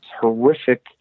horrific